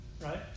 right